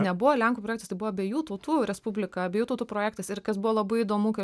nebuvo lenkų projektas tai buvo abiejų tautų respublika abiejų tautų projektas ir kas buvo labai įdomu kai